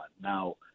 Now